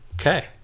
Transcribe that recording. Okay